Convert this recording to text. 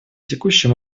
текущий